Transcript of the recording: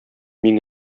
мин